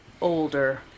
older